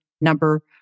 number